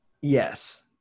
Yes